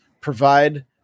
provide